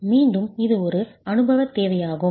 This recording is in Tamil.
மீண்டும் இது ஒரு அனுபவத் தேவையாகும்